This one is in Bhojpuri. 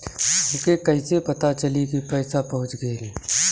हमके कईसे पता चली कि पैसा पहुच गेल?